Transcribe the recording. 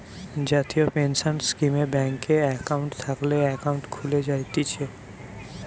জাতীয় পেনসন স্কীমে ব্যাংকে একাউন্ট থাকলে একাউন্ট খুলে জায়তিছে